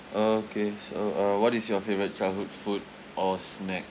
okay so uh what is your favourite childhood food or snack